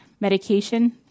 medication